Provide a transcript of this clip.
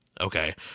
Okay